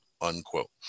unquote